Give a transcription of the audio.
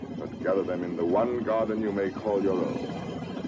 but gather them in the one garden you may call your own.